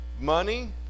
Money